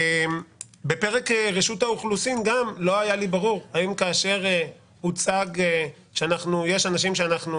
בפרק רשות האוכלוסין לא היה לי ברור האם כאשר הוצג שיש אנשים שאנחנו